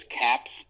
caps